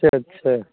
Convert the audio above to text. اچھا اچھا